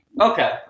Okay